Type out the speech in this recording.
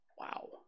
Wow